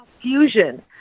confusion